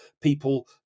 people